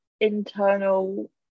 internal